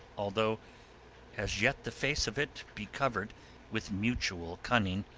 although as yet the face of it be cover'd with mutual cunning,